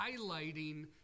highlighting